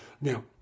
Now